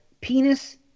Penis